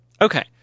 Okay